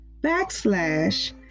backslash